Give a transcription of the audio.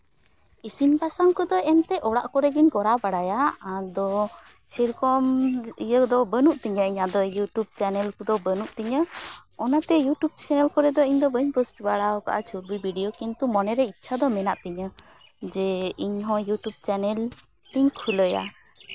ᱤᱥᱤᱱ ᱵᱟᱥᱟᱝ ᱠᱚᱫᱚ ᱮᱱᱛᱮᱜ ᱚᱲᱟᱜ ᱨᱮᱜᱤᱧ ᱠᱚᱨᱟᱣ ᱵᱟᱲᱟᱭᱟ ᱟᱫᱚ ᱥᱮᱭᱨᱚᱠᱚᱢ ᱤᱭᱟᱹ ᱫᱚ ᱵᱟᱹᱱᱩᱜ ᱛᱤᱧᱟᱹ ᱤᱧᱟᱹᱜ ᱫᱚ ᱤᱭᱩᱴᱩᱵᱽ ᱪᱮᱱᱮᱞ ᱠᱚᱫᱚ ᱵᱟᱹᱱᱩᱜ ᱛᱤᱧᱟᱹ ᱚᱱᱟᱛᱮ ᱤᱭᱩᱴᱩᱵᱽ ᱪᱮᱱᱮᱞ ᱠᱚᱨᱮ ᱫᱚ ᱤᱧᱫᱚ ᱵᱟᱹᱧ ᱯᱳᱥᱴ ᱵᱟᱲᱟ ᱠᱟᱜᱼᱟ ᱪᱷᱚᱵᱤ ᱵᱷᱤᱰᱤᱭᱳ ᱠᱤᱱᱛᱩ ᱢᱚᱱᱮᱨᱮ ᱤᱪᱪᱷᱟ ᱫᱚ ᱢᱮᱱᱟᱜ ᱛᱤᱧᱟᱹ ᱡᱮ ᱤᱧ ᱦᱚᱸ ᱤᱭᱩᱴᱩᱵᱽ ᱪᱮᱱᱮᱞ ᱤᱧ ᱠᱷᱩᱞᱟᱹᱭᱟ